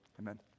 amen